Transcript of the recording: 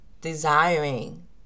desiring